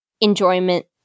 enjoyment